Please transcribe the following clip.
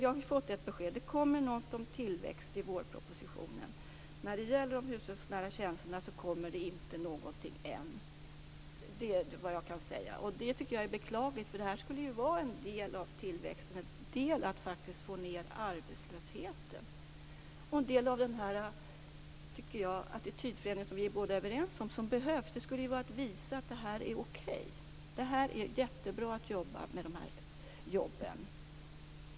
Jag har fått ett besked, att det kommer något om tillväxt i vårpropositionen. När det gäller de hushållsnära tjänsterna kommer det inte någonting ännu, vilket jag tycker är beklagligt. Detta skulle ju vara en del i tillväxten och i att faktiskt få ned arbetslösheten. En del av den attitydförändring som vi båda är överens om behövs skulle ju vara att visa att detta är okej, att det är jättebra att jobba med dessa uppgifter.